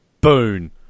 Boon